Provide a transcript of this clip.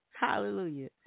Hallelujah